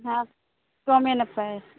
হা গমে নাপায়